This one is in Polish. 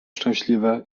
szczęśliwe